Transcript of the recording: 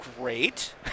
Great